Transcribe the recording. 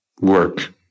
work